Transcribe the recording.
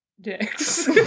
dicks